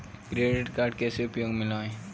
Credit card कैसे उपयोग में लाएँ?